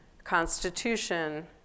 Constitution